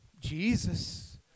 Jesus